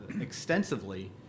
extensively